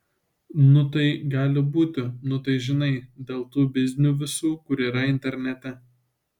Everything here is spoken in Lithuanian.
nu tai gali būti nu tai žinai dėl tų biznių visų kur yra internete